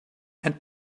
and